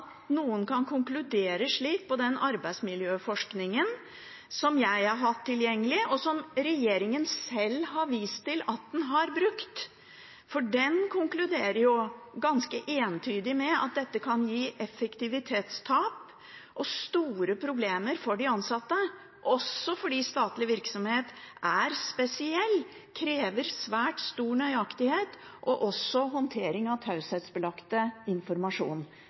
noen kan konkludere slik på bakgrunn av den arbeidsmiljøforskningen som jeg har hatt tilgjengelig, og som regjeringen sjøl har vist til at den har brukt. For den konkluderer jo ganske entydig med at dette kan gi effektivitetstap og store problemer for de ansatte, også fordi statlig virksomhet er spesiell og krever svært stor nøyaktighet – også ved håndtering av taushetsbelagt informasjon.